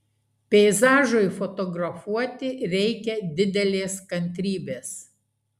peizažui fotografuoti reikia didelės kantrybės